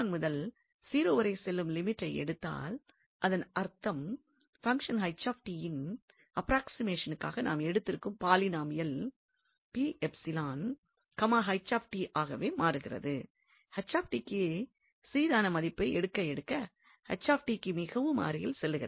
முதல் 0 வரை செல்லும் லிமிட்டை எடுத்தால் அதன் அர்த்தம் பங்ஷன் யின் அப்ராக்ஸிமேஷனுக்காக நாம் எடுத்திருக்கும் பாலினாமியல் ஆகவே மாறுகிறது க்கு சிறிதான மதிப்பை எடுக்க எடுக்க க்கு மிகவும் அருகில் செல்கிறது